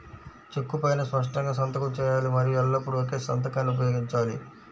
చెక్కు పైనా స్పష్టంగా సంతకం చేయాలి మరియు ఎల్లప్పుడూ ఒకే సంతకాన్ని ఉపయోగించాలి